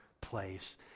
place